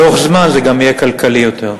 לאורך זמן זה גם יהיה כלכלי יותר.